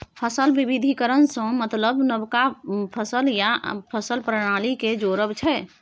फसल बिबिधीकरण सँ मतलब नबका फसल या फसल प्रणाली केँ जोरब छै